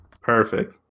Perfect